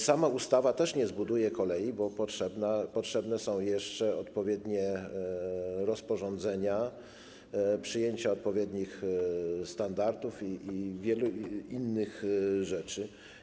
Sama ustawa też nie zbuduje kolei, bo potrzebne są jeszcze odpowiednie rozporządzenia, przyjęcie odpowiednich standardów i wiele innych rzeczy.